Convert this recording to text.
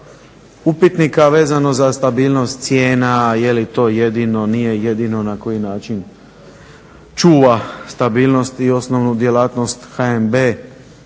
upitnika vezano za stabilnost cijena, je li to jedino, nije jedino, na koji način čuva stabilnost i osnovnu djelatnost HNB,